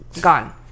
gone